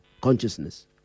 consciousness